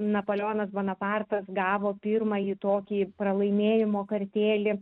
napoleonas bonapartas gavo pirmąjį tokį pralaimėjimo kartėlį